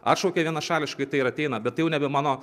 atšaukė vienašališkai tai ir ateina bet tai jau nebe mano